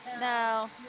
No